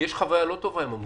חוויה לא טובה עם המוסדיים.